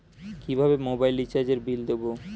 কিভাবে মোবাইল রিচার্যএর বিল দেবো?